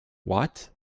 what